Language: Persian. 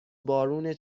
بارون